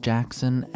Jackson